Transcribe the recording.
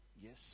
Yes